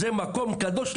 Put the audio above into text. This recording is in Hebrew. זה מקום קדוש?